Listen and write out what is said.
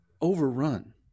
overrun